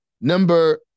number